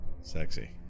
sexy